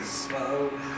slow